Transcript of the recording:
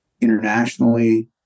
internationally